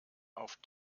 auf